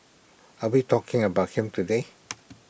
are we talking about him today